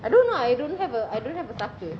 I don't know I don't have a I don't have a saka